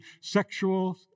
sexual